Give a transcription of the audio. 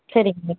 சரிங்க மேம்